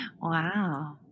Wow